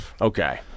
Okay